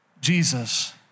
Jesus